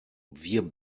wir